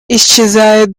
исчезает